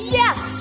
yes